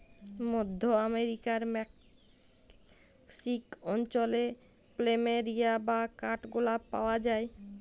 মধ্য আমরিকার মেক্সিক অঞ্চলে প্ল্যামেরিয়া বা কাঠগলাপ পাওয়া যায়